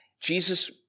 Jesus